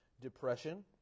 depression